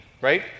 right